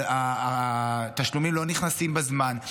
התשלומים לא נכנסים בזמן,